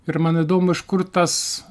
ir man įdomu iš kur tas